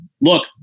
look